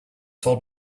told